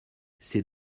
ces